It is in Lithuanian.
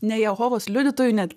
ne jehovos liudytojų net